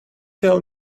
tell